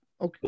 Okay